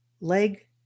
leg